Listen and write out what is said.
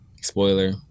spoiler